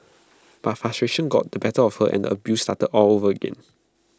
but frustration got the better of her and abuse started all over again